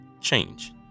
change